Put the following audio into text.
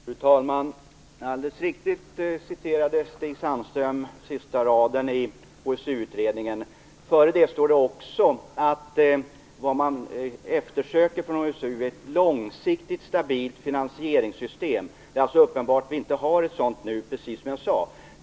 Fru talman! Alldeles riktigt citerade Stig Sandström den sista raden i HSU-utredningen. Före den står det också att vad man eftersöker från HSU är ett långsiktigt, stabilt finansieringssystem. Det är alltså uppenbart att vi inte har ett sådant nu, precis som jag sade.